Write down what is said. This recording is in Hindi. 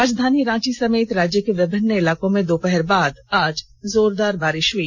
राजधानी रांची समेत राज्य के विभिन्न इलाकों में दोपहर बाद जोरदार बारिष हुई